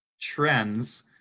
trends